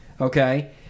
Okay